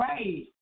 Right